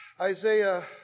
Isaiah